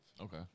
Okay